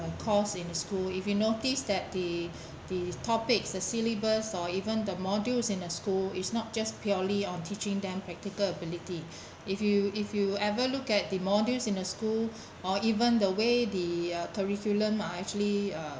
a course in a school if you noticed that the the topics the syllabus or even the modules in a school is not just purely on teaching them practical ability if you if you ever look at the modules in a school or even the way the curriculum are actually uh